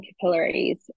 capillaries